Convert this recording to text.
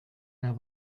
der